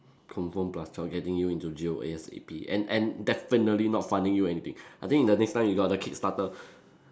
confirm plus chop getting you into jail A_S_A_P and and definitely not funding you anything I think the next time you got the kickstarter